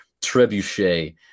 trebuchet